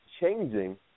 changing